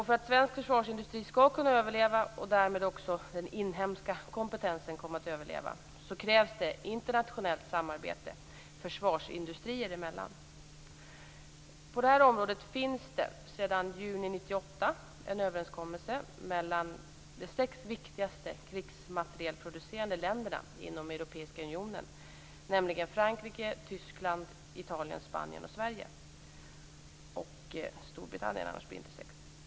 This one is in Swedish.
För att svensk försvarsindustri skall kunna överleva och därmed den inhemska kompetensen överleva krävs internationellt samarbete försvarsindustrier emellan. På detta område finns det sedan juni 1998 en överenskommelse mellan de sex viktigaste krigsmaterielproducerande länderna inom Europeiska unionen, nämligen Frankrike, Tyskland, Italien, Spanien, Sverige och Storbritannien.